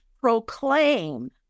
proclaim